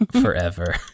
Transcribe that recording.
Forever